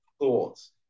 thoughts